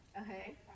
Okay